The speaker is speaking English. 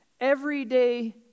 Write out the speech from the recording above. everyday